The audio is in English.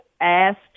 asked